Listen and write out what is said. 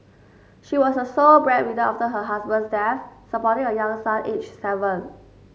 she was the sole breadwinner after her husband's death supporting a young son aged seven